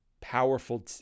powerful